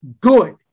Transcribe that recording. good